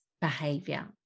behavior